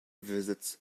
visits